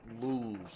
lose